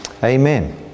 Amen